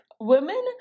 women